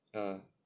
ah